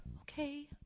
okay